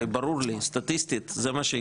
ברור לי סטטיסטית שזה מה שיקרה.